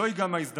זוהי גם ההזדמנות,